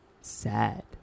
sad